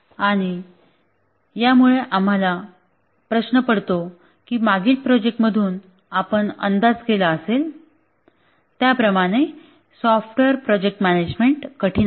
आणि यामुळे आम्हाला प्रश्न पडतो की मागील प्रोजेक्ट मधून आपण अंदाज केला असेल त्याप्रमाणे सॉफ्टवेअर प्रोजेक्ट मॅनेजमेंट कठिण आहे